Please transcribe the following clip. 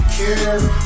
care